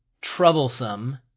troublesome